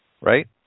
right